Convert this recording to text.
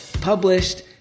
published